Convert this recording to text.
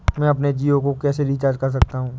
मैं अपने जियो को कैसे रिचार्ज कर सकता हूँ?